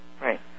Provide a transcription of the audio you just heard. Right